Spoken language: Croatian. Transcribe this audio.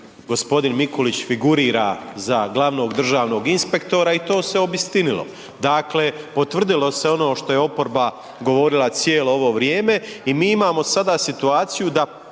otkad g. Mikulić figurira za glavnom državnog inspektora i to se obistinilo. Dakle potvrdilo se ono što je oporba govorila cijelo ovo vrijeme i mi imamo sada situaciju da